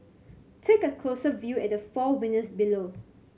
take a closer view at the four winners below